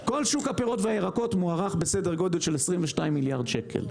כל שוק הפירות והירקות מוערך בסדר גודל של 22 מיליארד שקל.